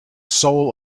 soul